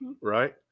right